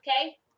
Okay